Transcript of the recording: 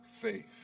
faith